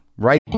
right